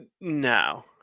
no